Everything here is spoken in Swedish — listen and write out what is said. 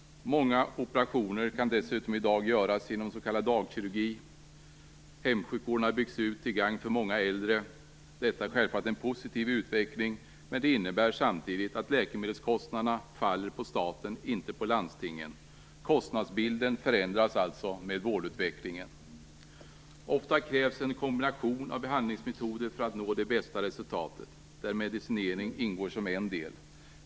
Många operationer kan i dag dessutom göras genom s.k. dagkirurgi, och hemsjukvården har byggts ut till gagn för många äldre. Detta är självklart en positiv utveckling, men det innebär samtidigt att läkemedelskostnaderna faller på staten, inte på landstingen. Kostnadsbilden förändras alltså med vårdutvecklingen. Ofta krävs en kombination av behandlingsmetoder för att nå det bästa resultatet där medicinering ingår som en del.